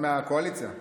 מהקואליציה,